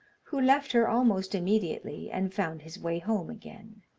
who left her almost immediately, and found his way home again.